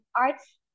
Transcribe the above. arts